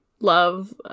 love